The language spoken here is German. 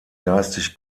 geistig